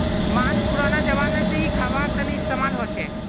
माँस पुरना ज़माना से ही ख्वार तने इस्तेमाल होचे